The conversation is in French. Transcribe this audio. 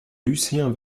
lucien